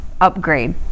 upgrade